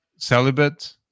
celibate